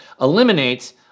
eliminates